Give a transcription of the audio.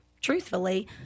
truthfully